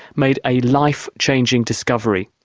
made a life changing discovery.